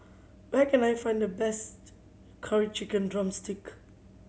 where can I find the best Curry Chicken drumstick